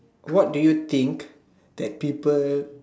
what do you think that people